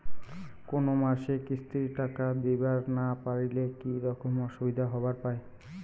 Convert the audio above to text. কোনো মাসে কিস্তির টাকা দিবার না পারিলে কি রকম অসুবিধা হবার পায়?